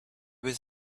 was